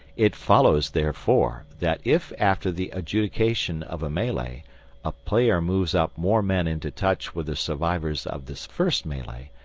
it follows, therefore, that if after the adjudication of a melee a player moves up more men into touch with the survivors of this first melee,